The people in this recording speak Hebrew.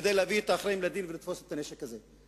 כדי להביא את האחראים לדין ולתפוס את הנשק הזה.